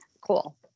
cool